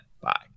bye